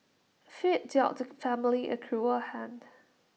fate dealt the family A cruel hand